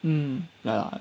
um ya